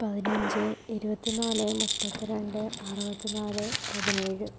പതിനഞ്ച് ഇരുപത്തി നാല് മുപ്പത്തി രണ്ട് അറുപത്തി നാല് പതിനേഴ്